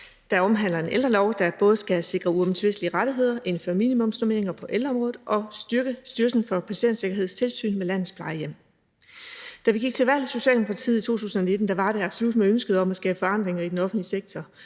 der omhandler en ældrelov, der både skal sikre uomtvistelige rettigheder inden for minimumsnormeringer på ældreområdet og styrke Styrelsen for Patientsikkerheds tilsyn med landets plejehjem. Da vi i Socialdemokratiet gik til valg i 2019 var det absolut med ønsket om at skabe forandringer i den offentlige sektor,